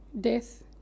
death